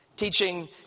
Teaching